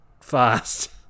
fast